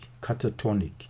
catatonic